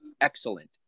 excellent